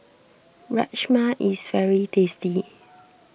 Rajma is very tasty